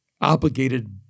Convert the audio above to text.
obligated